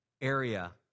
area